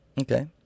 Okay